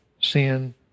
sin